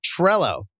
Trello